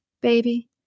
Baby